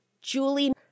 Julie